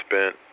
spent